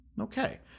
Okay